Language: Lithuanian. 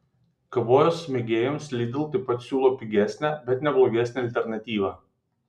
kavos mėgėjams lidl taip pat siūlo pigesnę bet ne blogesnę alternatyvą